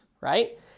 right